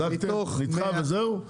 נדחה וזהו?